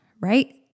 Right